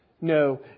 No